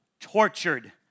tortured